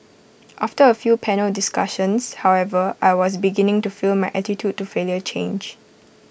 after A few panel discussions however I was beginning to feel my attitude to failure change